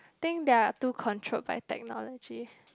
think they are too controlled by technology